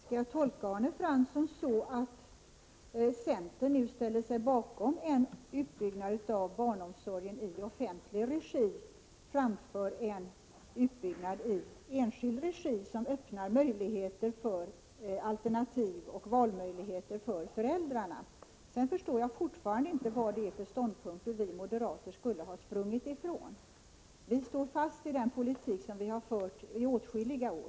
Herr talman! Skall jag tolka Arne Fransson så att centern nu ställer sig bakom en utbyggnad av barnomsorgen i offentlig regi i stället för utbyggnad i enskild regi, som öppnar möjligheter för alternativ och valmöjligheter för föräldrarna? Sedan förstår jag fortfarande inte vad det är för ståndpunkter vi moderater skulle ha sprungit ifrån. Vi står fast vid den politik som vi fört i åtskilliga år.